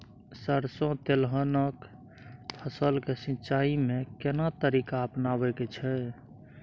सरसो तेलहनक फसल के सिंचाई में केना तरीका अपनाबे के छै?